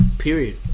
Period